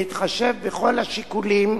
בהתחשב בכל השיקולים